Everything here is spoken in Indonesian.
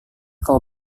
kau